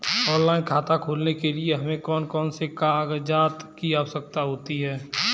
Online खाता खोलने के लिए हमें कौन कौन से कागजात की आवश्यकता होती है?